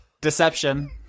Deception